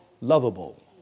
lovable